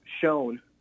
shown